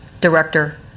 director